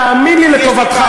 תאמין לי, לטובתך.